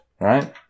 Right